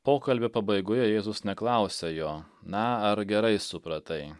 pokalbio pabaigoje jėzus neklausia jo na ar gerai supratai